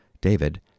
David